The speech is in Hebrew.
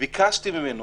וביקשתי ממנו,